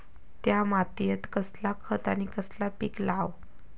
त्या मात्येत कसला खत आणि कसला पीक लाव?